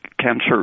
Cancer